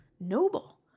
Noble